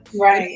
Right